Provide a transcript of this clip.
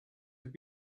have